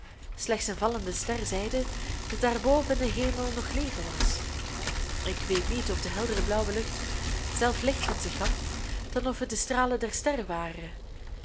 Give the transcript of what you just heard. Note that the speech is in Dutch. slechts een vallende ster zeide dat daarboven in den hemel nog leven was ik weet niet of de heldere blauwe lucht zelf licht van zich gaf dan of het de stralen der sterren waren